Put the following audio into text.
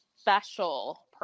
special